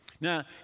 Now